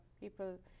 people